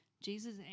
Jesus